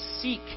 seek